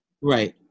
right